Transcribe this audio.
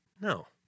No